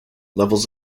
levels